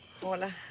Hola